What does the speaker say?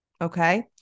okay